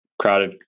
crowded